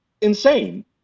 insane